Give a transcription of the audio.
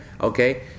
Okay